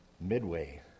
Midway